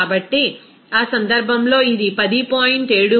కాబట్టి ఆ సందర్భంలో ఇది 10